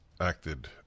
acted